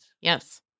Yes